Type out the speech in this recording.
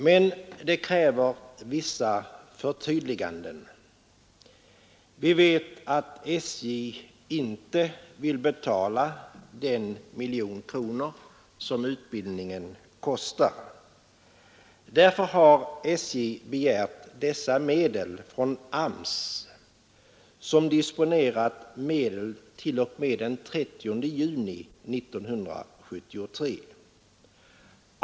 Men det kräver vissa förtydliganden. Vi vet att SJ inte vill betala den miljon kronor som utbildningen kostar. Därför har SJ begärt dessa medel från AMS, som disponerar medel t.o.m. den 30 juni 1973.